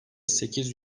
sekiz